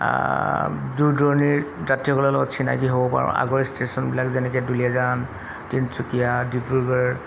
দূৰ দূৰণিৰ যাত্ৰীসকলৰ লগত চিনাকি হ'ব পাৰোঁ আগৰ ষ্টেচনবিলাক যেনেকৈ দুলীয়াজান তিনিচুকীয়া ডিব্ৰুগড়